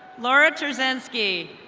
laura trazinksi.